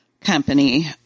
Company